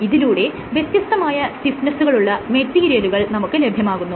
ഇതിലൂടെ വ്യത്യസ്തമായ സ്റ്റിഫ്നെസുകളുള്ള മെറ്റീരിയലുകൾ നമുക്ക് ലഭ്യമാകുന്നു